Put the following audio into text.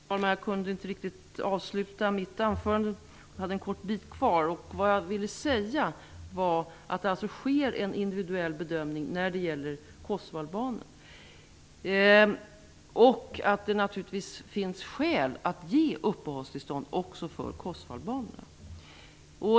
Herr talman! Jag kunde inte riktigt avsluta mitt anförande. Jag ville också säga att det sker en individuell bedömning när det gäller kosovoalbaner och att det naturligtvis finns skäl att ge uppehållstillstånd även för kosovoalbaner.